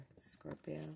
Scorpio